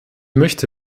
möchte